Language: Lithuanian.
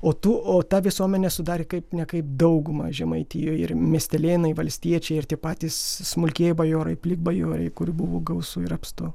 o tu o tą visuomenę sudarė kaip ne kaip dauguma žemaitijoje ir miestelėnai valstiečiai ir tie patys smulkieji bajorai plikbajoriai kurių buvo gausu ir apstu